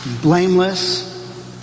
blameless